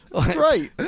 Great